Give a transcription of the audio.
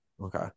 Okay